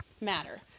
matter